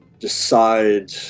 Decide